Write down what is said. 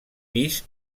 pis